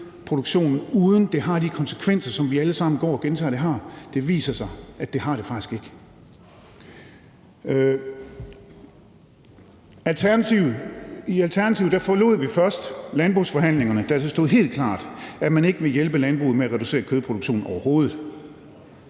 uden at det har de konsekvenser, som vi alle sammen går og gentager at det har. Det viser sig, at det har det faktisk ikke. Kl. 19:05 I Alternativet forlod vi først landbrugsforhandlingerne, da det stod helt klart, at man ikke ville hjælpe landbruget med at reducere kødproduktionen, overhovedet.